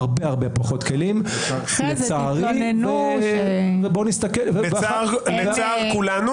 לצערי --- אחרי זה תתלוננו --- לצער כולנו.